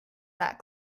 that